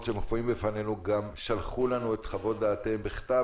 שמופיעים בפנינו גם שלחו לנו את חוות דעתם בכתב,